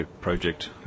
project